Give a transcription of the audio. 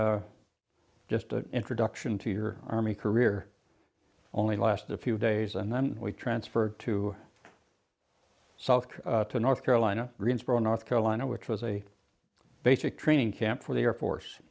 just an introduction to your army career only lasted a few days and then we transferred to south to north carolina greensboro north carolina which was a basic training camp for the air force